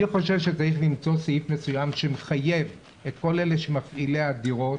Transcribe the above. אני חושב שצריך למצוא סעיף מסוים שמחייב את כל אלה שמפעילים את הדירות,